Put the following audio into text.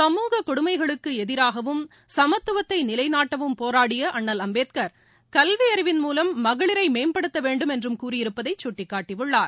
சமூக கொடுமைகளுக்குஎதிராகவும் சமத்துவத்தைநிலைநாட்டவும் போராடியஅண்ணல் அம்பேத்கர் கல்வி அறிவின் மூலம் மகளிரைமேம்படுத்தவேண்டும் என்றும் கூறியிருப்பதைகட்டிக்காட்டியுள்ளார்